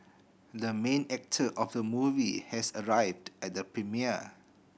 the main actor of the movie has arrived at the premiere